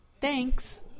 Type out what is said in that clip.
Thanks